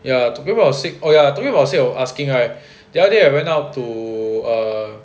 ya talking about sick oh ya talking about sick of asking right the other day I ran out to err